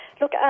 Look